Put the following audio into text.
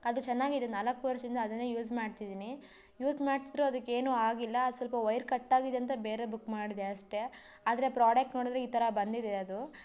ಅದು ಚೆನ್ನಾಗಿದೆ ನಾಲ್ಕು ವರ್ಷದಿಂದ ಅದನ್ನೇ ಯೂಸ್ ಮಾಡ್ತಿದ್ದೀನಿ ಯೂಸ್ ಮಾಡ್ತಿದ್ದರೂ ಅದಿಕ್ಕೆ ಏನೂ ಆಗಿಲ್ಲ ಅದು ಸ್ವಲ್ಪ ವೈರ್ ಕಟ್ಟಾಗಿದೆ ಅಂತ ಬೇರೆ ಬುಕ್ ಮಾಡಿದೆ ಅಷ್ಟೆ ಆದರೆ ಪ್ರಾಡಕ್ಟ್ ನೋಡಿದರೆ ಈ ಥರ ಬಂದಿದೆ ಅದು